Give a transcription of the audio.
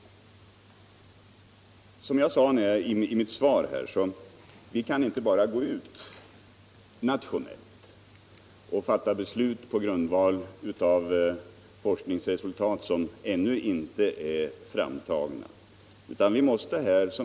Som jag sade i mitt svar kan vi inte fatta beslut på grundval av forskningsresultat som ännu inte är framtagna.